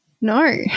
No